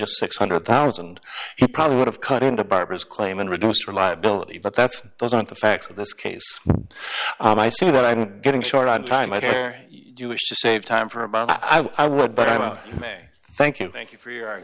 just six hundred thousand he probably would have cut into barbara's claim and reduced reliability but that's those aren't the facts of this case and i see that i'm getting short on time i hear you wish to save time for about i would but i'm out thank you thank you for your